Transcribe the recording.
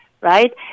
right